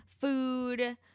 food